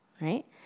right